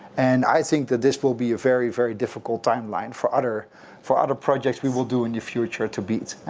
and i think that this will be a very, very difficult timeline for other for other projects we will do in the future to beat,